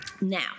Now